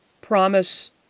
Promise